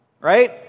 Right